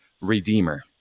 redeemer